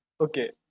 Okay